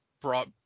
brought